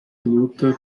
luta